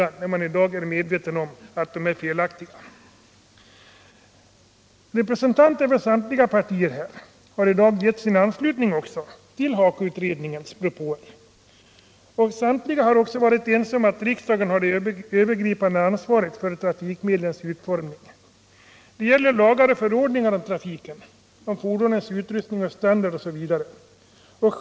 Man är ju i dag medveten om att de är felaktiga. Representanter för samtliga partier har i dag anslutit sig till HAKO utredningens propåer, och alla har också varit ense om att riksdagen har det övergripande ansvaret för trafikmedlens utformning. Det gäller lagar och förordningar om trafiken, om fordonens utrustning och standard m.m.